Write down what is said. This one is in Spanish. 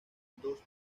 dos